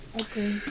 Okay